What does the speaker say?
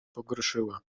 pogorszyła